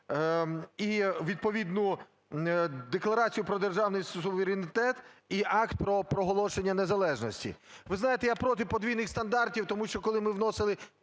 і відповідну Декларацію про державний суверенітет, і Акт про проголошення незалежності. Ви знаєте, я проти подвійних стандартів, тому що, коли ми вносили,